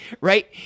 right